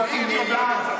יופי, נהדר.